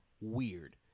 weird